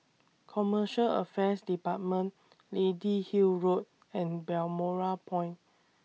Commercial Affairs department Lady Hill Road and Balmoral Point